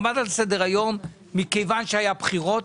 הוא עמד על סדר-היום מכיוון שהיו בחירות,